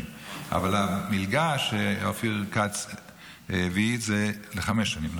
אבל המלגה שאופיר כץ הביא זה לחמש שנים,